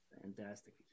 Fantastic